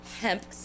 hemp